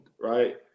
Right